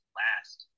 last